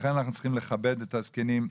ולכן אנחנו צריכים לכבד את הזקנים.